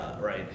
Right